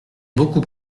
beaucoup